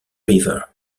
river